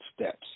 steps